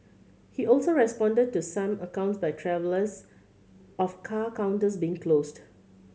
he also responded to some accounts by travellers of car counters being closed